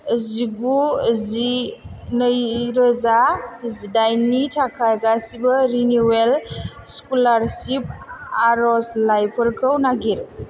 जिगु जि नैरोजा जिदाइननि थाखाय गासैबो रिनिवेल स्क'लारशिप आर'जलाइफोरखौ नागिर